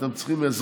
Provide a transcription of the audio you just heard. ושאתם צריכים עזרה,